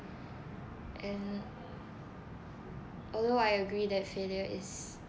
an although I agree that failure is